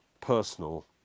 personal